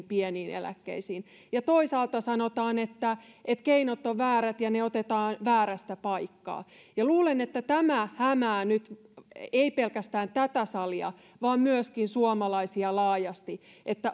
pieniin eläkkeisiin ja toisaalta sanotaan että että keinot ovat väärät ja otetaan väärästä paikasta luulen että tämä hämää nyt ei pelkästään tätä salia vaan myöskin suomalaisia laajasti